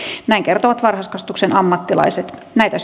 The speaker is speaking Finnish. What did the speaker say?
näin kertovat varhaiskasvatuksen ammattilaiset näitä